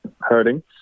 hurting